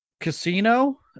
casino